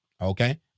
Okay